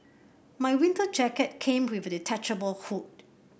my winter jacket came with a detachable hood